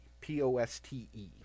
P-O-S-T-E